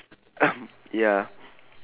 ya